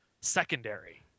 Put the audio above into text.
secondary